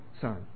son